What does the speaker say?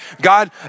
God